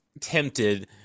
tempted